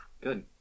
good